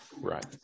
Right